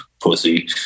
pussy